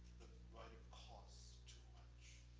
writer costs too much.